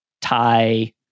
Thai